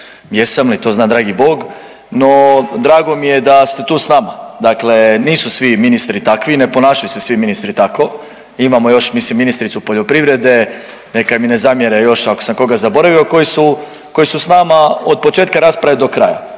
jesam li, to zna dragi Bog, no drago mi je da ste tu s nama. Dakle nisu svi ministri takvi, ne ponašaju se svi ministri tako, imamo još mislim, ministricu poljoprivrede, neka mi ne zamjere još, ako sam koga zaboravio koji su s nama od početka rasprave do kraja.